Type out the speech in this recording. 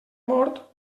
mort